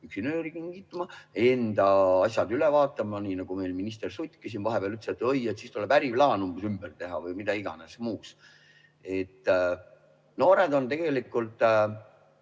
püksinööri pingutama, enda asjad üle vaatama, nii nagu meil minister Suttki siin vahepeal ütles, et oi, siis tuleb äriplaan ümber teha või mida iganes muud. Noored on tegelikult